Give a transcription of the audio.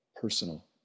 personal